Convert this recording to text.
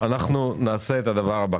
אנחנו נעשה את הדבר הבא.